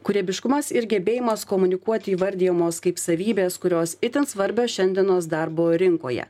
kūrybiškumas ir gebėjimas komunikuoti įvardijamos kaip savybės kurios itin svarbios šiandienos darbo rinkoje